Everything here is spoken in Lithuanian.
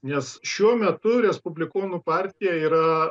nes šiuo metu respublikonų partija yra